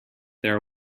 there